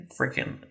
freaking